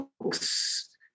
books